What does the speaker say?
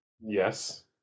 Yes